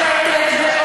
רגע, האיסור או הטרור?